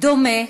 דומה